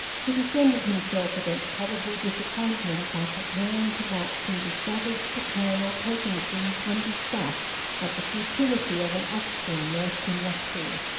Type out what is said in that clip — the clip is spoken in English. he defended himself against probable disappointment by preparing to lapse into savage paternal pessimism and disgust at the futility of an offspring nursed in luxury.